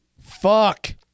Fuck